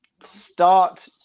start